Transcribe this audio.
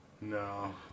No